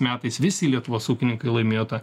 metais visi lietuvos ūkininkai laimėjo tą